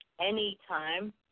Anytime